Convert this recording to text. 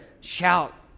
shout